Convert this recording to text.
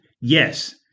Yes